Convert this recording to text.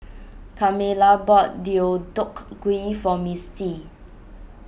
Carmella bought Deodeok Gui for Mistie